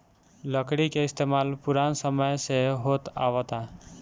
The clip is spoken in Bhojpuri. लकड़ी के इस्तमाल पुरान समय से होत आवता